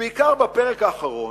ובעיקר בפרק האחרון,